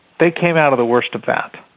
they came out of the worst of that.